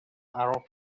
arab